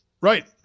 Right